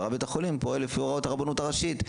ורב בית החולים פועל לפי הוראות הרבנות הראשית,